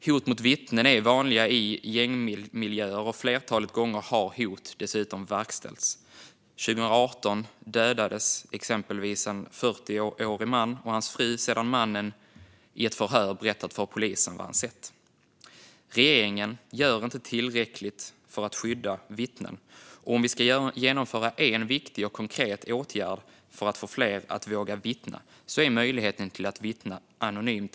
Hot mot vittnen är vanliga i gängmiljöer, och ett flertal gånger har hot dessutom verkställts. 2018 dödades exempelvis en 40-årig man och hans fru sedan mannen i ett förhör berättat för polisen vad han sett. Regeringen gör inte tillräckligt för att skydda vittnen. Är det en viktig och konkret åtgärd vi ska genomföra för att få fler att våga vittna är det möjligheten att vittna anonymt.